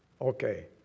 Okay